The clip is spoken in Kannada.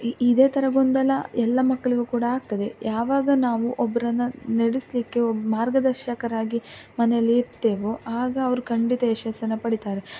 ಇ ಇದೆ ಥರ ಗೊಂದಲ ಎಲ್ಲ ಮಕ್ಕಳಿಗೂ ಕೂಡ ಆಗ್ತದೆ ಯಾವಾಗ ನಾವು ಒಬ್ಬರನ್ನು ನಡೆಸ್ಲಿಕ್ಕೆ ಒಬ್ಬ ಮಾರ್ಗದರ್ಶಕರಾಗಿ ಮನೆಯಲ್ಲಿ ಇರ್ತೆವೋ ಆಗ ಅವರು ಖಂಡಿತ ಯಶಸ್ಸನ್ನು ಪಡಿತಾರೆ